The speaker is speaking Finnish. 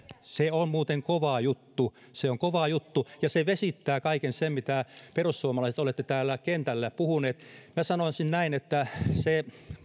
on muuten kova juttu se on kova juttu ja se vesittää kaiken sen mitä perussuomalaiset olette kentällä puhuneet minä sanoisin että se